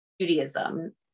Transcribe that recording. Judaism